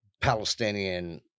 Palestinian